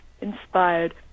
inspired